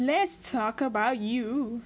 let's talk about you